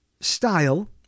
style